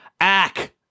Ack